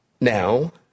now